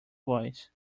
voice